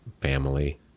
family